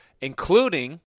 including